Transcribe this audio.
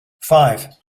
five